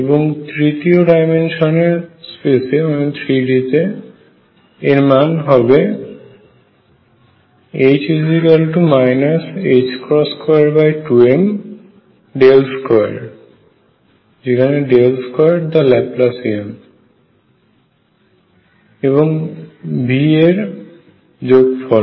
এবং তৃতীয় ডাইমেনশনাল স্পেসে এর মান হবে H 22m 2 2 the Laplacian এবং V এর যোগফল